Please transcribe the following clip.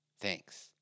Thanks